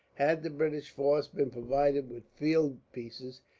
had the british force been provided with field pieces,